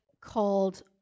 called